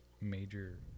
major